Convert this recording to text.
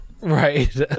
Right